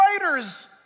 writers